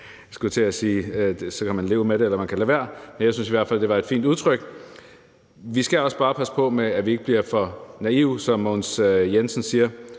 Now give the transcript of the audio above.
Jeg skulle til at sige, at så kan man leve med det eller lade være. Men jeg synes i hvert fald, det var et fint udtryk. Vi skal også bare passe på med, at vi ikke bliver for naive, som Mogens Jensen siger.